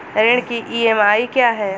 ऋण की ई.एम.आई क्या है?